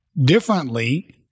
differently